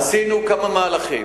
עשינו כמה מהלכים,